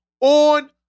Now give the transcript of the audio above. on